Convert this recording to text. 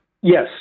yes